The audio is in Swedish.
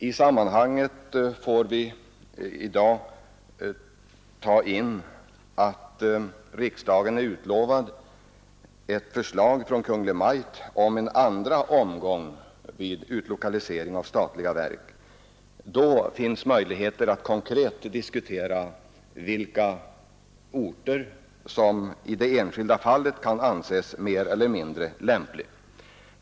I sammanhanget får vi i dag notera att riksdagen till i maj månad är utlovad ett förslag från Kungl. Maj:t om en andra omgång av utlokalisering av statliga verk. Då får vi möjlighet att konkret diskutera vilka orter som i det enskilda fallet kan anses mer eller mindre lämpliga.